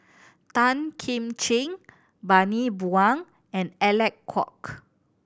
Tan Kim Ching Bani Buang and Alec Kuok